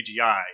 CGI